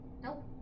Nope